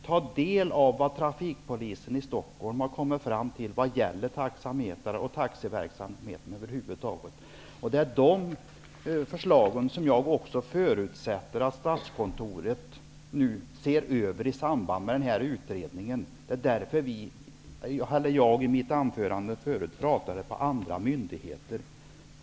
Ta del av vad trafikpolisen i Stockholm har kommit fram till vad gäller taxametrar och taxiverksamhet i övrigt. Det är de förslagen som jag också förutsätter att Statskontoret ser över i samband med utredningen. Det är därför jag i mitt anförande tidigare talade om ''andra myndigheter''.